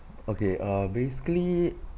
okay uh basically